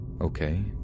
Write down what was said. Okay